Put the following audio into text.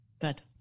good